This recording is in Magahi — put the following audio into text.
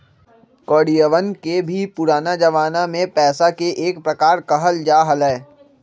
कौडियवन के भी पुराना जमाना में पैसा के एक प्रकार कहल जा हलय